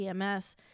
EMS